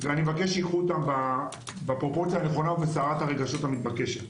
ואני מבקש שייקחו אותם בפרופורציה הנכונה ובסערת הרגשות המתבקשת.